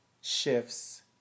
shifts